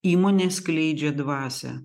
įmonė skleidžia dvasią